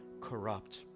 corrupt